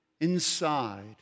inside